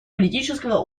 политического